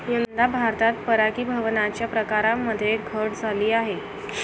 यंदा भारतात परागीभवनाच्या प्रकारांमध्ये घट झाली आहे